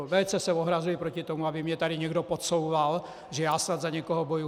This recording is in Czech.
Velice se ohrazuji proti tomu, aby mi tady někdo podsouval, že já snad za někoho bojuji.